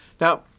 Now